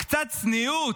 קצת צניעות.